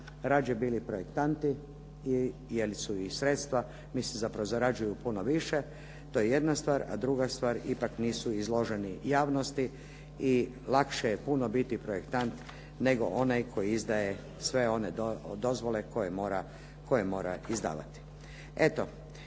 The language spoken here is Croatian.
radije bili projektanti jer su i sredstva, mislim zapravo zarađuju puno više, to je jedna stvar a druga stvar ipak nisu izloženi javnosti i lakše je puno biti projektant nego onaj koji izdaje sve one dozvole koje mora izdavati.